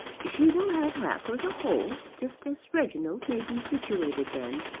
she will have half or the whole just as reginald may be situated then.